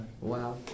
Wow